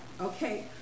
okay